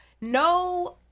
no